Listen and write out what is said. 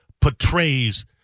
portrays